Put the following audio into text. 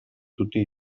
tutti